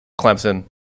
Clemson